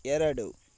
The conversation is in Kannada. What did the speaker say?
ಎರಡು